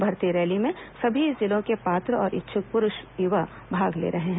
भर्ती रैली में सभी जिलों के पात्र और इच्छुक पुरूष युवा भाग ले रहे हैं